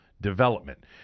development